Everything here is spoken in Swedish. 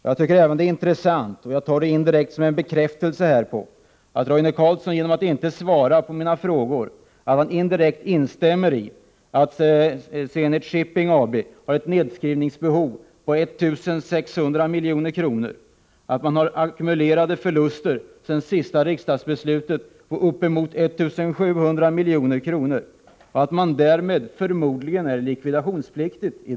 Jag tycker även att det är intressant att Roine Carlsson inte vill svara på mina frågor, och jag tar det som en indirekt bekräftelse på att han instämmer i att Zenit Shipping AB har ett nedskrivningsbehov på 1 600 milj.kr. och att företaget efter det senaste riksdagsbeslutet har ackumulerat förluster på 1 700 milj.kr. och därmed förmodligen i dag är likvidationspliktigt.